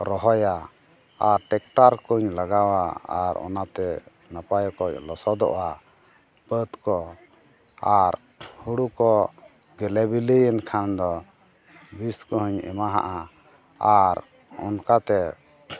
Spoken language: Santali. ᱨᱚᱦᱚᱭᱟ ᱟᱨ ᱴᱮᱠᱴᱟᱨ ᱠᱚᱧ ᱞᱟᱜᱟᱣᱟ ᱟᱨ ᱚᱱᱟᱛᱮ ᱱᱟᱯᱟᱭ ᱚᱠᱚᱡ ᱞᱚᱥᱚᱫᱚᱜᱼᱟ ᱵᱟᱹᱫ ᱠᱚ ᱟᱨ ᱦᱩᱲᱩ ᱠᱚ ᱜᱮᱞᱮ ᱵᱤᱞᱤᱭᱮᱱ ᱠᱷᱟᱱ ᱫᱚ ᱵᱤᱥ ᱠᱚᱦᱚᱧ ᱮᱢᱟᱣᱟᱜᱼᱟ ᱟᱨ ᱚᱱᱠᱟᱛᱮ